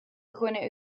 dhuine